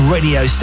Radio